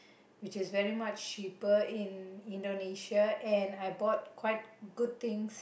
which is very much cheaper in Indonesia and I bought quite good things